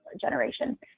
generation